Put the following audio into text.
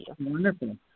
Wonderful